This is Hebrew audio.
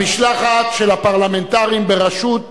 המשלחת של הפרלמנטרים בראשות